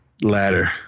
ladder